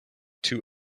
two